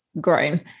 grown